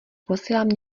posílám